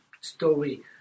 story